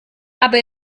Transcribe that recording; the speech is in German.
aber